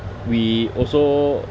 we also